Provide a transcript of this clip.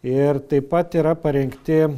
ir taip pat yra parengti